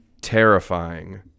terrifying